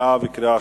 נתקבלה.